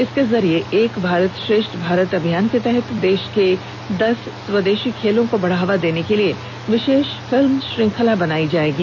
इसके जरिए एक भारत श्रेष्ठ भारत अभियान के तहत देश के दस स्वदेशी खेलों को बढावा देने के लिए विशेष फिल्म श्रंखला बनायी जाएगी